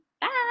Bye